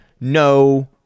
no